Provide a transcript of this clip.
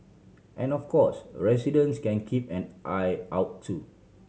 and of course residents can keep an eye out too